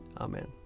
Amen